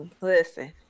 Listen